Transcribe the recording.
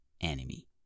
enemy